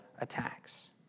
attacks